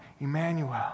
Emmanuel